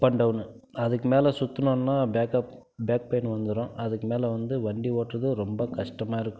up and down அதுக்கு மேலே சுற்றினோன்னா பேக்கப் பேக் பெயின் வந்துடும் அதுக்கு மேலே வந்து வண்டி ஓட்டுறது ரொம்ப கஷ்டமாக இருக்கும்